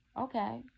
okay